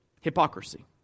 Hypocrisy